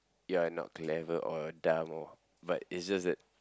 you are not clever or dumb or but it's just that